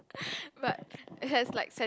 but it has like sentiment